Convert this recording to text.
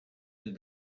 and